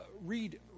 Read